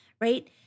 right